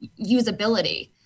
usability